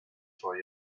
for